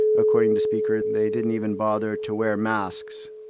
according to speaker, they didn't even bother to wear masks.